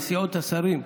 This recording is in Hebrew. על נסיעות השרים.